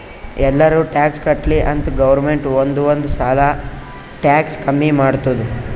ಎಲ್ಲಾರೂ ಟ್ಯಾಕ್ಸ್ ಕಟ್ಲಿ ಅಂತ್ ಗೌರ್ಮೆಂಟ್ ಒಂದ್ ಒಂದ್ ಸಲಾ ಟ್ಯಾಕ್ಸ್ ಕಮ್ಮಿ ಮಾಡ್ತುದ್